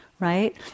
right